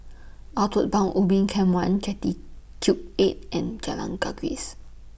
Outward Bound Ubin Camp one Jetty Cube eight and Jalan Gajus